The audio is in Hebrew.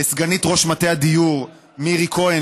לסגנית ראש מטה הדיור מירי כהן,